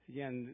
Again